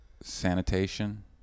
sanitation